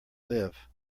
live